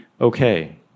okay